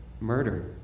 murder